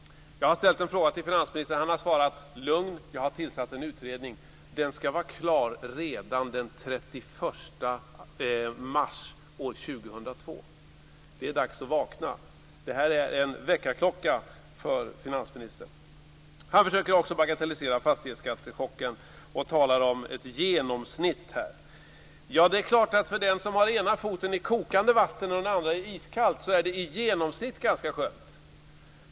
Jag har ställt en fråga till finansministern, och han har svarat: Lugn, jag har tillsatt en utredning. Den ska vara klar redan den 31 mars år 2002. Det är dags att vakna. Detta är en väckarklocka för finansministern. Han försöker också bagatellisera fastighetsskattechocken och talar om ett genomsnitt. Det är klart att för den som har ena foten i kokande vatten och den andra i iskallt är det i genomsnitt ganska skönt.